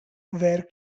where